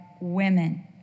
women